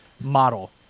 model